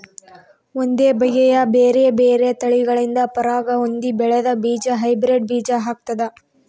ಒಂದೇ ಬಗೆಯ ಬೇರೆ ಬೇರೆ ತಳಿಗಳಿಂದ ಪರಾಗ ಹೊಂದಿ ಬೆಳೆದ ಬೀಜ ಹೈಬ್ರಿಡ್ ಬೀಜ ಆಗ್ತಾದ